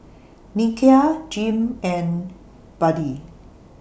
Nikia Jim and Buddie